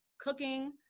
cooking